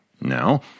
Now